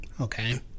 Okay